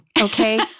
Okay